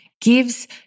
gives